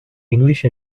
english